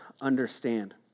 understand